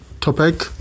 topic